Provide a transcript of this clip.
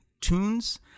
tunes